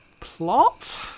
plot